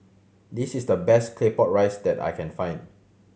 this is the best Claypot Rice that I can find